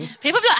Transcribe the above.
People